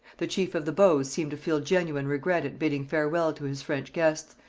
the chief of the bows seemed to feel genuine regret at bidding farewell to his french guests,